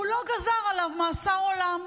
והוא לא גזר עליו מאסר עולם,